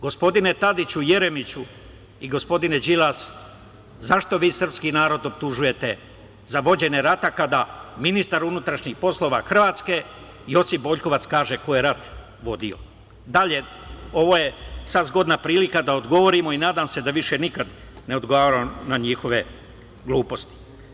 Gospodine Tadiću, Jeremiću i gospodine Đilasu, zašto vi srpski narod optužujete za vođenje rata, kada ministar unutrašnjih poslova Hrvatske Josip Boljkovac, kaže ko je rat vodio, da li je, ovo je sada zgodna prilika da odgovorimo i nadam se da više nikada ne odgovaramo na njihove gluposti.